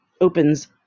opens